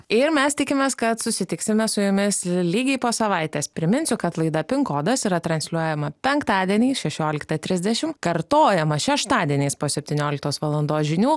ir mes tikimės kad susitiksime su jumis lygiai po savaitės priminsiu kad laida pin kodas yra transliuojama penktadieniais šešioliktą trisdešim kartojama šeštadieniais po septynioliktos valandos žinių